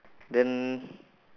then